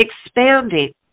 Expanding